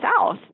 South